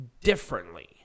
differently